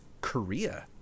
Korea